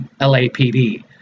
LAPD